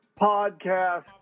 podcast